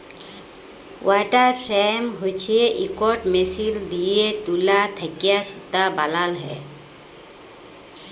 water frame হছে ইকট machine দিঁয়ে তুলা থ্যাকে সুতা বালাল হ্যয়